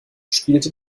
spielte